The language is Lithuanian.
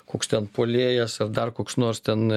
koks ten puolėjas ar dar koks nors ten